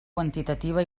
quantitativa